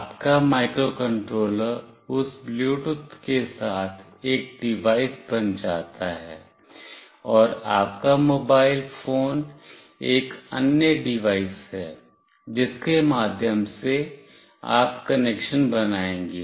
आपका माइक्रोकंट्रोलर उस ब्लूटूथ के साथ एक डिवाइस बन जाता है और आपका मोबाइल फोन एक अन्य डिवाइस है जिसके माध्यम से आप कनेक्शन बनाएंगे